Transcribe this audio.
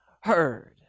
heard